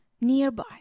nearby